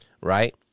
right